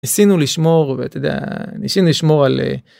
ניסינו לשמור ואתה יודע..ניסינו לשמור על.